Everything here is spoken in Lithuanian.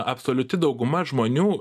absoliuti dauguma žmonių